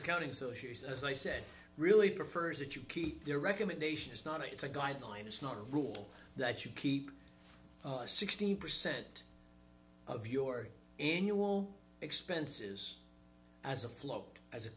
accounting so here's as i said really prefers that you keep your recommendation it's not it's a guideline it's not a rule that you keep sixty percent of your annual expenses as a float as a